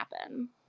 happen